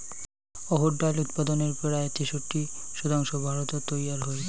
অহর ডাইল উৎপাদনের পরায় তেষট্টি শতাংশ ভারতত তৈয়ার হই